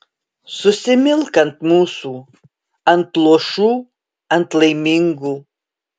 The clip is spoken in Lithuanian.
susimilk ant mūsų ant luošų ant laimingų